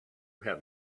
have